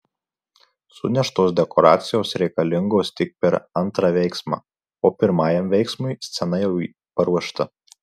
suneštos dekoracijos reikalingos tik per antrą veiksmą o pirmajam veiksmui scena jau paruošta